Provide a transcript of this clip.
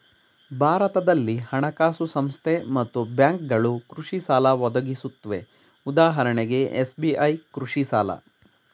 ಭಾರತದಲ್ಲಿ ಹಣಕಾಸು ಸಂಸ್ಥೆ ಮತ್ತು ಬ್ಯಾಂಕ್ಗಳು ಕೃಷಿಸಾಲ ಒದಗಿಸುತ್ವೆ ಉದಾಹರಣೆಗೆ ಎಸ್.ಬಿ.ಐ ಕೃಷಿಸಾಲ